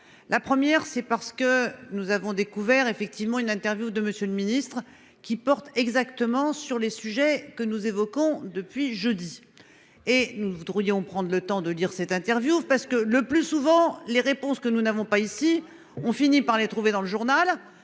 la première c'est parce que nous avons découvert effectivement une interview de Monsieur le Ministre, qui porte exactement sur les sujets que nous évoquons depuis jeudi et nous voudrions prendre le temps de lire cette interview parce que le plus souvent, les réponses que nous n'avons pas ici, on finit par les trouver dans le journal.